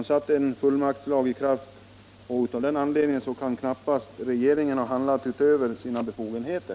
Man satte en fullmaktslag i kraft, och av den anledningen kan regeringen knappast ha överskridit sina befogenheter.